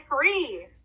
Free